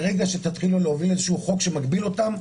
ברגע שתתחילו להוביל איזשהו חוק שמגביל אותם,